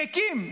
ריקים,